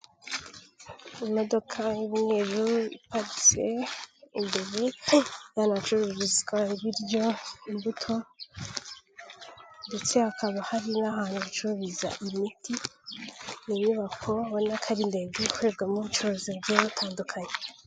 Imodoka y'umweru iparitse imbere y'ahantu hacururizwa ibiryo, imbuto, ndetse hakaba hari n'ahantu bacururiza imiti, ni inyubako ubona ko ari ndende ikorerwamo ubucuruzi bugiye butandukanye.